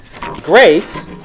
grace